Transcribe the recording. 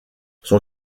son